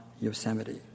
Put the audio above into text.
Yosemite